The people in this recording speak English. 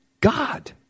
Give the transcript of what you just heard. God